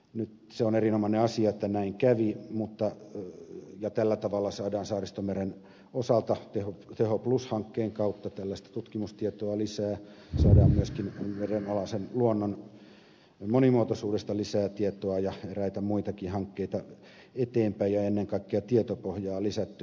nyt se on erinomainen asia että näin kävi ja tällä tavalla saadaan saaristomeren osalta tehoplus hankkeen kautta tällaista tutkimustietoa lisää saadaan myöskin merenalaisen luonnon monimuotoisuudesta lisää tietoa ja eräitä muitakin hankkeita eteenpäin ja ennen kaikkea tietopohjaa lisättyä